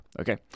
Okay